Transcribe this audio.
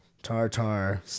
Tartar